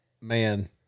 man